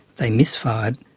they misfired,